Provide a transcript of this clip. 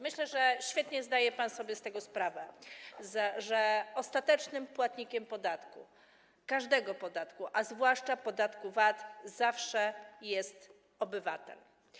Myślę, że świetnie zdaje pan sobie sprawę z tego, że ostatecznym płatnikiem podatku, każdego podatku, a zwłaszcza podatku VAT, zawsze jest obywatel.